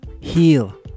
heal